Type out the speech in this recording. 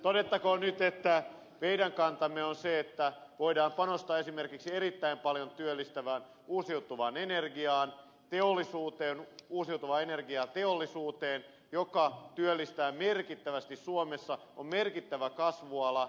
todettakoon nyt että meidän kantamme on se että voidaan panostaa esimerkiksi erittäin paljon työllistävään uusiutuvaan energiaan uusiutuvaa energiaa teollisuuteen joka työllistää merkittävästi suomessa on merkittävä kasvuala